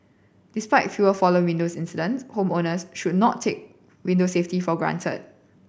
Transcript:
despite fewer fallen windows incidents homeowners should not take window safety for granted